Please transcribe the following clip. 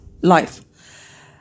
life